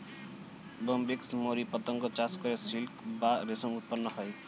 Bombyx mori পতঙ্গ চাষ করে সিল্ক বা রেশম উৎপন্ন করা হয়